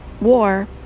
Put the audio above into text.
war